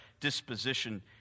disposition